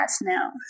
now